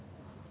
ever